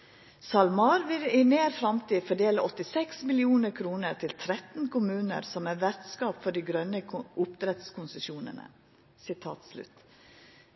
SalMar si pressemelding den 4. desember i år: «SalMar vil i nær fremtid fordele 86 millioner kroner til 13 kommuner som er vertskap for de grønne oppdrettskonsesjonene.»